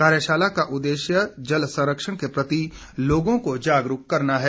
कार्यशाला का उद्देश्य जल संरक्षण के प्रति लोगों को जागरूक करना है